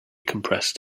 compressed